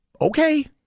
okay